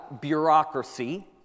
bureaucracy